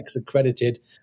accredited